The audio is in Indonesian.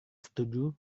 setuju